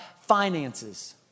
finances